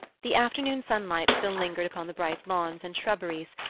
the afternoon sunlight still lingered upon the bright lawns and shrubberies,